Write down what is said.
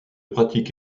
pratique